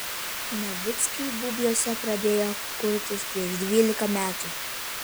navickai bubiuose pradėjo kurtis prieš dvylika metų